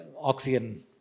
oxygen